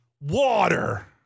water